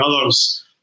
others